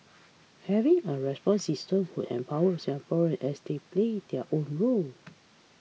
having a response system would empower Singaporeans as they play their own role